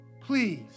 Please